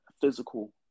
physical